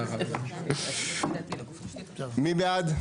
מי בעד?